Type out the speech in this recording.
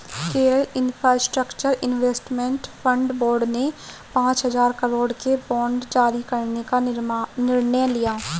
Kerala infrastructure investment fund board ने पांच हजार करोड़ के बांड जारी करने का निर्णय लिया